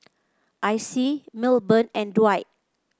Icy Milburn and Dwight